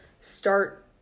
start